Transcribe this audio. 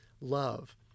Love